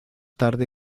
tarde